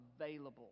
available